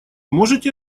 можете